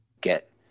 get